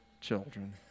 children